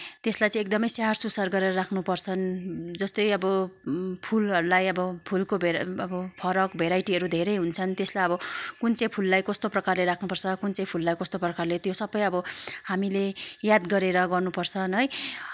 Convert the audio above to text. त्यसलाई चाहिँ एकदमै स्याहार सुसार गरेर राख्नु पर्छन् जस्तै अब फुलहरूलाई आब फुलको भेरा अब फरक भेराइटिहरू धेरै हुन्छन् त्यसलाई अब कुन चाहिँ फुललाई कस्तो प्रकारले राख्नुपर्छ कुन चाहिँ फुललाई कस्तो प्रकारले त्यो सबै अब हामीले याद गरेर गर्नु पर्छन् है